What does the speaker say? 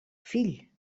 fill